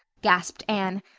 gasped anne.